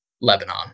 Lebanon